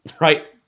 right